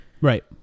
right